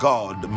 God